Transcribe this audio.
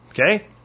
Okay